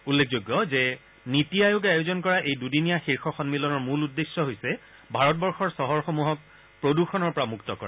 উল্লেখযোগ্য যে নিতি আয়োগে আয়োজন কৰা এই দুদিনীয়া শীৰ্ষ সন্মিলনৰ মূল উদ্দেশ্য হৈছে ভাৰতবৰ্ষৰ চহৰসমূহক প্ৰদূষণৰ পৰা মুক্ত কৰা